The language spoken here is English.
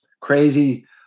crazy